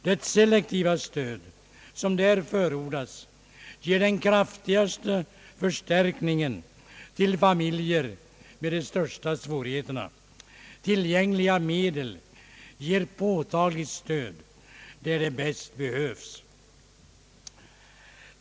Det selektiva stöd som där förordas ger den kraftigaste förstärkningen till familjer med de största svårigheterna. Tillgängliga medel ger påtagligt stöd där det bäst behövs.